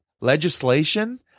Legislation